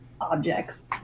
objects